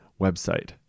website